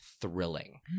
thrilling